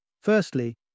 Firstly